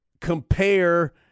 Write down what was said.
compare